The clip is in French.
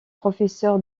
professeur